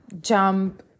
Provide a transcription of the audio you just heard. jump